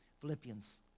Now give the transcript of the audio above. Philippians